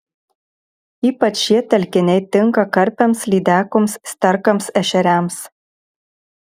ypač šie telkiniai tinka karpiams lydekoms sterkams ešeriams